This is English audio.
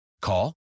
Call